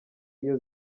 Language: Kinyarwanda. iyo